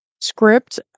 script